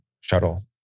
shuttle